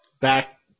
back